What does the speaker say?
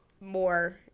more